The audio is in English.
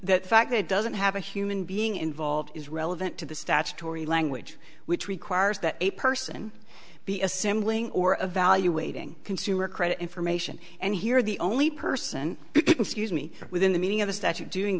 that fact that doesn't have a human being involved is relevant to the statutory language which requires that a person be assembling or evaluating consumer credit information and here the only person to use me within the meaning of the statute doing